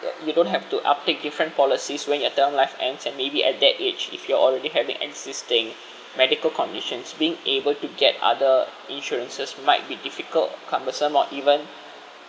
you don't have to uptake different policies when your term life ends and maybe at that age if you are already having existing medical conditions being able to get other insurances might be difficult cumbersome or even